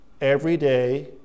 everyday